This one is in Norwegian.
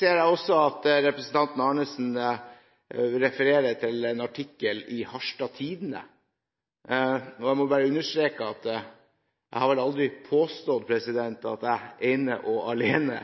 ser også at representanten Arnesen refererer til en artikkel i Harstad Tidende. Jeg må bare understreke at jeg vel aldri har påstått at jeg ene og alene